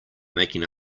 making